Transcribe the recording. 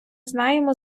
знаємо